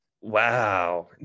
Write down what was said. Wow